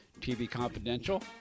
tvconfidential